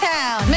Town